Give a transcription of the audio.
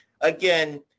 again